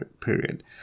period